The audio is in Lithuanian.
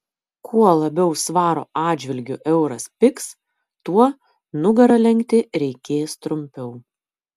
kuo labiau svaro atžvilgiu euras pigs tuo nugarą lenkti reikės trumpiau